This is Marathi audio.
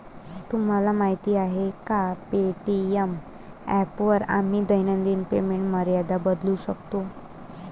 तुम्हाला माहीत आहे का पे.टी.एम ॲपमध्ये आम्ही दैनिक पेमेंट मर्यादा बदलू शकतो?